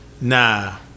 nah